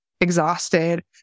exhausted